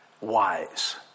wise